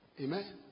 Amen